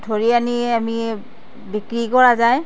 ধৰি আনি আমি বিক্ৰী কৰা যায়